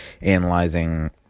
analyzing